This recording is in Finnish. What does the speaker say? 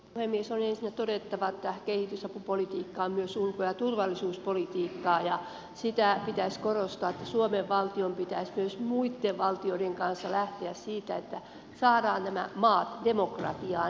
on ensinnä todettava että kehitysapupolitiikka on myös ulko ja turvallisuuspolitiikkaa ja sitä pitäisi korostaa että suomen valtion pitäisi myös muitten valtioiden kanssa lähteä siitä että saadaan nämä maat demokratiaan